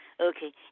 Okay